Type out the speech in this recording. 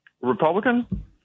Republican